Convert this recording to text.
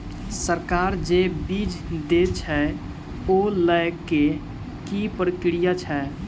सरकार जे बीज देय छै ओ लय केँ की प्रक्रिया छै?